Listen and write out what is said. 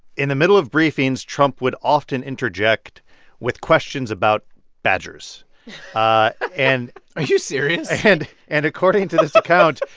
in the middle of briefings, trump would often interject with questions about badgers ah and are you serious? and and according to this account,